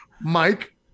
Mike